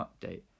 update